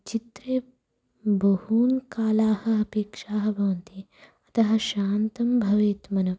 चित्रे बहून् कालाः अपेक्षाः भवन्ति अतः शान्तं भवेत् मनः